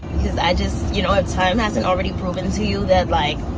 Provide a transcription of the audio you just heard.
because i just you know, if time hasn't already proven to you that like,